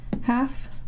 half